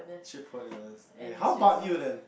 actually pointless okay how about you then